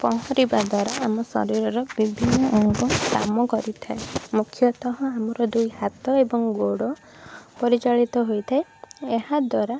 ପହଁରିବା ଦ୍ଵାରା ଆମ ଶରୀରର ବିଭିନ୍ନ ଅଙ୍ଗ କାମ କରିଥାଏ ମୁଖ୍ୟତଃ ଆମର ଦୁଇ ହାତ ଏବଂ ଗୋଡ଼ ପରିଚାଳିତ ହୋଇଥାଏ ଏହା ଦ୍ଵାରା